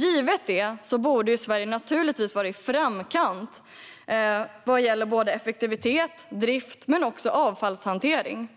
Givet det borde Sverige naturligtvis vara i framkant vad gäller effektivitet, drift och avfallshantering.